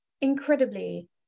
incredibly